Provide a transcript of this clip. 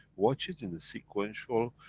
watch it in the sequential,